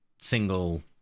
single